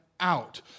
Out